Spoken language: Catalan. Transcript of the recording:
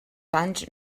anys